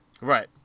right